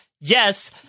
yes